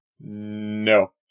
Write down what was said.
No